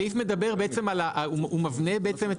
הסעיף מדבר בעצם על הוא מבנה בעצם את